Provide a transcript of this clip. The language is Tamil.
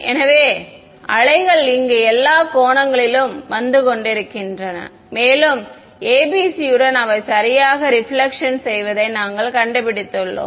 எனவே வேவ்கள் இங்கு எல்லா கோணங்களிலும் வந்து கொண்டிருக்கின்றன மேலும் ABC யுடன் அவை சரியாக ரிபிலக்ஷன் செய்வதை நாங்கள் கண்டுபிடித்துள்ளோம்